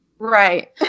Right